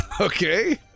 okay